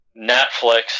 Netflix